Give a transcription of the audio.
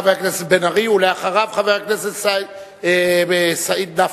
חבר הכנסת בן-ארי, ואחריו, חבר הכנסת סעיד נפאע.